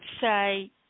say